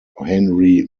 henry